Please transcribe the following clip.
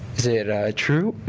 it true?